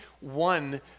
one